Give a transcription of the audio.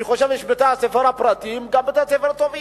אני חושב שבין בתי-הספר הפרטיים יש גם בתי-ספר טובים,